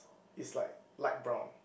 is like light brown